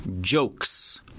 jokes